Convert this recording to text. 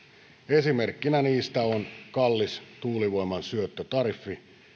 esimerkkinä niistä on kallis tuulivoiman syöttötariffi